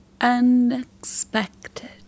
Unexpected